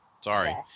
Sorry